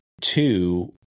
two